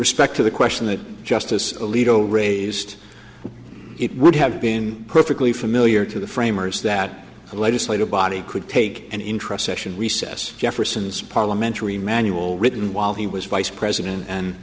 respect to the question that justice alito raised it would have been perfectly familiar to the framers that the legislative body could take an interest session recess jefferson's parliamentary manual written while he was vice president and